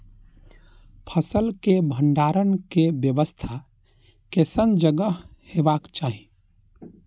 फसल के भंडारण के व्यवस्था केसन जगह हेबाक चाही?